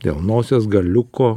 dėl nosies galiuko